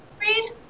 read